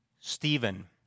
Stephen